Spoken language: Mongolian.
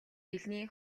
хэлний